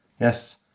Yes